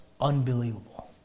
unbelievable